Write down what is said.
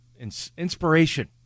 inspiration